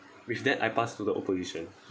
with that I pass to the opposition